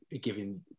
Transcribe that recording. giving